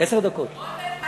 עשר דקות.